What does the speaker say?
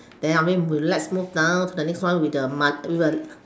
then after that we let's move down to the next one with a mud~ with a